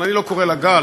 אבל אני לא קורא לה גל,